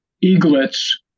eaglets